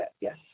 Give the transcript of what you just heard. Yes